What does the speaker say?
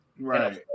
Right